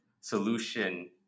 solution